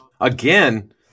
again